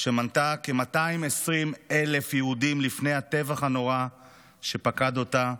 מנתה כ-220,000 יהודים לפני הטבח הנורא שפקד אותה,